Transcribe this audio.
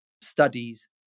studies